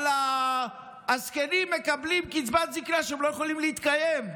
אבל הזקנים מקבלים קצבת זקנה שממנה הם לא יכולים להתקיים.